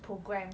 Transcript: programme